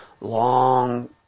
long